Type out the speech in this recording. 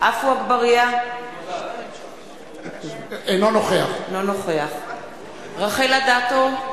עפו אגבאריה, אינו נוכח רחל אדטו,